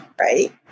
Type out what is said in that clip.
right